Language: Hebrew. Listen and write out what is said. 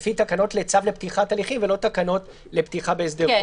לפי תקנות לצו לפתיחת הליכים ולא תקנות לפתיחה בהסדר חוב.